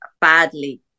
badly